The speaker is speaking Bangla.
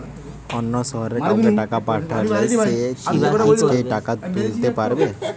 অন্য শহরের কাউকে টাকা পাঠালে সে কি আজকেই টাকা তুলতে পারবে?